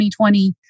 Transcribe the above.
2020